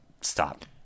stop